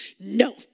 No